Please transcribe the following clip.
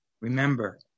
Remember